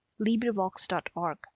LibriVox.org